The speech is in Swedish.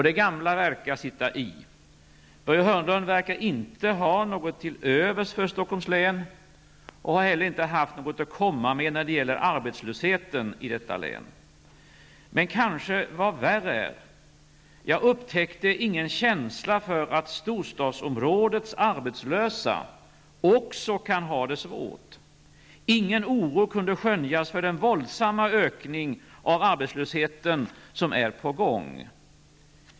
Det gamla verkar sitta i. Börje Hörnlund verkar inte ha något till övers för Stockholms län och har heller inte haft något att komma med när det gäller arbetslösheten i detta län. Men vad som kanske är värre, jag upptäckte ingen känsla för att storstadsområdets arbetslösa också kan ha det svårt. Ingen oro kunde skönjas för den våldsamma ökning av arbetslösheten som är på gång.